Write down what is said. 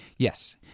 Yes